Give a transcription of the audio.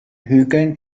hügeln